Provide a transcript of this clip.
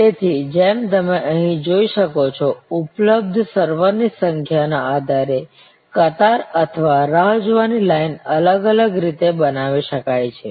તેથી જેમ તમે અહીં જોઈ શકો છો ઉપલબ્ધ સર્વરની સંખ્યાના આધારે કતાર અથવા રાહ જોવાની લાઇન અલગ અલગ રીતે બનાવી શકાય છે